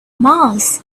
mars